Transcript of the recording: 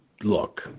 Look